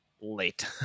Late